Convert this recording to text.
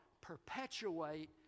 Perpetuate